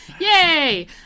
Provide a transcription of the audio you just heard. Yay